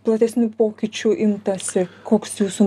platesnių pokyčių imtasi koks jūsų